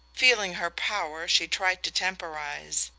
feeling her power, she tried to temporize.